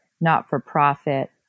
not-for-profit